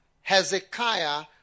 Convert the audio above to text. Hezekiah